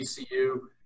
ECU